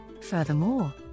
furthermore